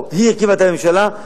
או שהיא הרכיבה את הממשלה,